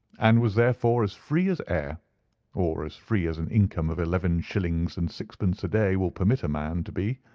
and was therefore as free as air or as free as an income of eleven shillings and sixpence a day will permit a man to be.